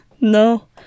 No